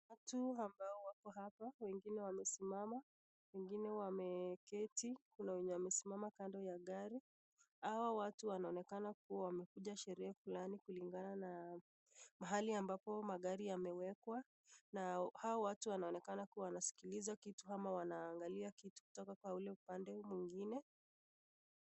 Watu ambao wako hapa, wengine wamesimama wengine wameketi. Kuna wenye wamesimama kando ya gari. Hawa watu wanaonekana kuwa wamekuja sherehe fulani kulingana na mahali ambapo magari yamewekwa. Na hao watu wanaonekana kuwa wanasikiliza kitu ama wanaangalia kitu kutoka kwa ule upande mwingine.